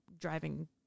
driving